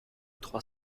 trois